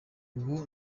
ubu